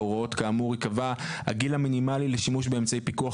בהוראות כאמור ייקבע הגיל המינימלי לשימוש באמצעי פיקוח